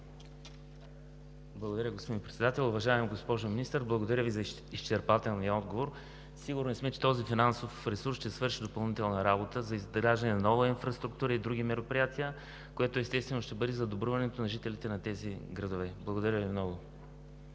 благодаря Ви за изчерпателния отговор. Сигурни сме, че този финансов ресурс ще свърши допълнителна работа за изграждане на нова инфраструктура и други мероприятия, което, естествено, ще бъде за добруването на жителите на тези градове. Благодаря Ви много.